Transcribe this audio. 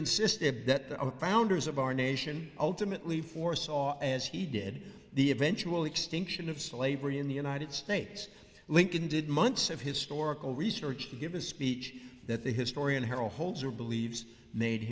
insisted that the founders of our nation ultimately foresaw as he did the eventual extinction of slavery in the united states lincoln did months of historical research to give a speech that the historian harold holzer believes made